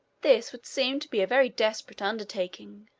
this would seem to be a very desperate undertaking.